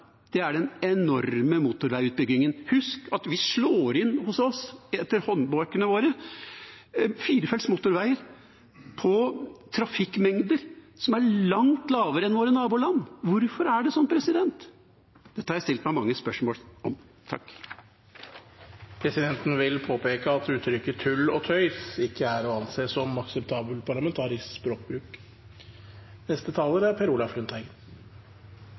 trafikkmengder som er langt lavere enn hos våre naboland. Hvorfor er det sånn? Dette har jeg stilt meg sjøl mange spørsmål om. Presidenten vil påpeke at uttrykket «tull og tøys» ikke er å anse som akseptabel parlamentarisk språkbruk. Det er helt rett, som representanten Nævra sier, at Senterpartiet og SV skiller lag i dette spørsmålet. Men hva er